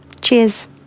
Cheers